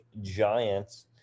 Giants